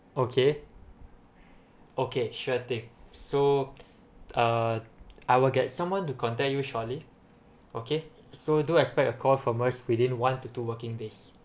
okay okay sure thing so uh I will get someone to contact you shortly okay so do expect a call from us within one to two working days